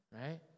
right